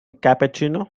cappuccino